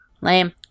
Lame